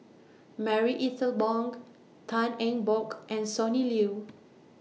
Marie Ethel Bong Tan Eng Bock and Sonny Liew